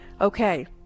Okay